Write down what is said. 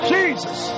Jesus